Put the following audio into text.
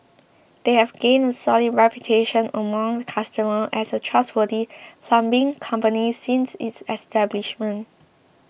they have gained a solid reputation among customers as a trustworthy plumbing company since its establishment